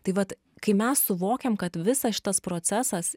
tai vat kai mes suvokiam kad visas šitas procesas